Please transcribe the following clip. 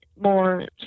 more